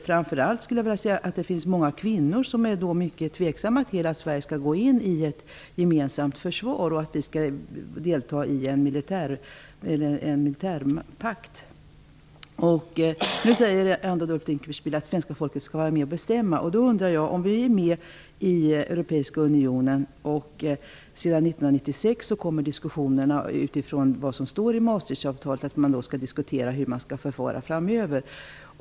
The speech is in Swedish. Framför allt finns det många kvinnor som är mycket tveksamma till att Sverige skall gå in i ett gemensamt försvar och ingå i en militärpakt. Ulf Dinkelspiel säger nu att svenska folket skall vara med och bestämma. 1996 kommer man att utifrån vad som står i Maastrichtavtalet diskutera hur man skall förfara framöver.